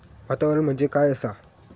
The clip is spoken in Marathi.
वातावरण म्हणजे काय असा?